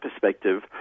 perspective